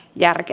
järki